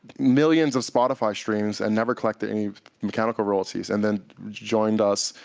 millions of spotify streams, and never collected any mechanical royalties, and then joined us,